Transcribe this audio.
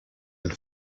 and